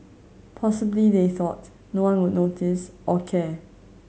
possibly they thought no one would notice or care